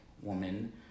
woman